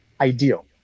ideal